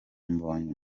mbonyi